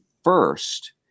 first